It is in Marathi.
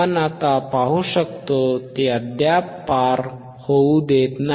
आपण आता पाहू शकता ते अद्याप पार होऊ देत नाही